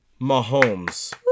Mahomes